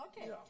Okay